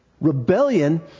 Rebellion